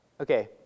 okay